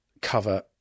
cover